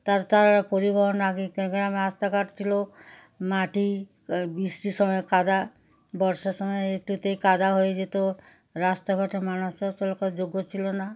তার তার পরিবহন আগে গ্রামে রাস্তাঘাট ছিল মাটি ওই বৃষ্টি সময়ে কাদা বর্ষার সময় একটুতেই কাদা হয়ে যেত রাস্তাঘাটে মানুষের চলার যোগ্য ছিল না